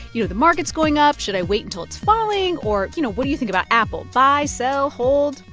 you know, the market's going up, should i wait until it's falling? or, you know, what do you think about apple buy, sell, hold?